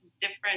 different